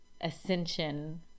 Ascension